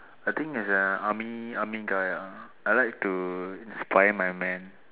I think as an army army guy ah I like to inspire my men